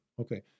Okay